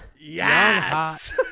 Yes